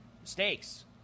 mistakes